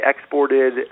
exported